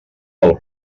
del